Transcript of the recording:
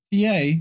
PA